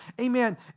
amen